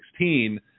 2016